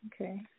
Okay